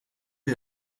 wir